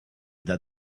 that